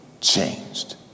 changed